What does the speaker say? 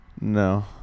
No